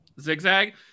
zigzag